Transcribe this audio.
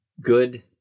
good